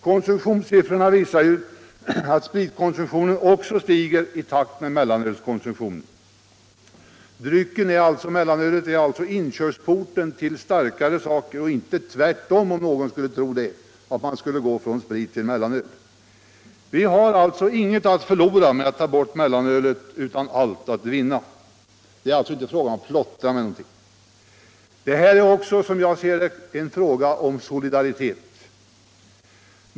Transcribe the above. Konsumtionssiffrorna visar ju att spritkonsumtionen också stiger i takt med mellanölskonsumtionen. Mellanölet är alltså inkörsporten till starkare drycker och inte tvärtom —- om någon skulle tro det, att man skulle gå från sprit till mellanöl. Vi har alltså ingenting att förlora på att ta bort mellanölet utan allt att vinna. Det är inte fråga om att plottra med någonting. Detta är också, som jag ser det, en fråga om solidaritet.